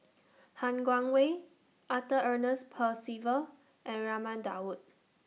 Han Guangwei Arthur Ernest Percival and Raman Daud